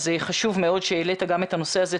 אז חשוב מאוד שהעלית גם את הנושא הזה.